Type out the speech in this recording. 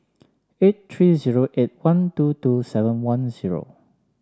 eight three zero eight one two two seven one zero